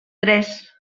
tres